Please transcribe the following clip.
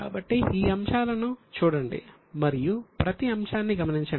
కాబట్టి ఈ అంశాలను చూడండి మరియు ప్రతి అంశాన్ని గమనించండి